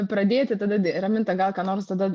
pradėti tada raminta gal ką nors tada